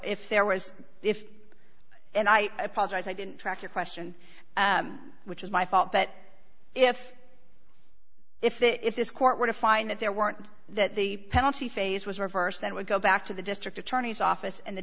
if there was if and i apologize i didn't track your question which is my fault but if if that if this court were to find that there weren't that the penalty phase was reversed that would go back to the district attorney's office and the